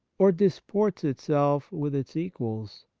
or disports itself with its equals,